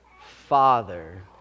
Father